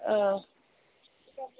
औ